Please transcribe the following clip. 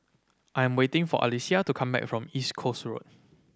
I am waiting for Alecia to come back from East Coast Road